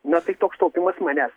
na tai toks taupymas manęs